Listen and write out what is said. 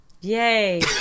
yay